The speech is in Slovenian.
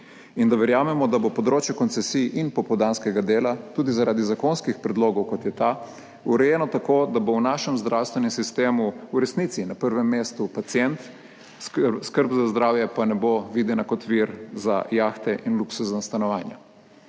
in da verjamemo, da bo področje koncesij in popoldanskega dela tudi zaradi zakonskih predlogov, kot je ta, urejeno tako, da bo v našem zdravstvenem sistemu v resnici na prvem mestu pacient, skrb za zdravje pa ne bo videna kot vir za jahte in luksuzna stanovanja.